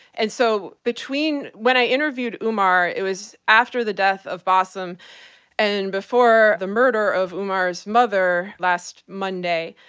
and so between, when i interviewed umar, it was after the death of bassem and before the murder of umar's mother last monday,